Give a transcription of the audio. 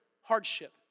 hardship